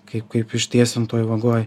kaip kaip ištiesintoj vagoj